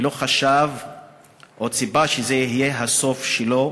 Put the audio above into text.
ולא חשב או ציפה שזה יהיה הסוף שלו,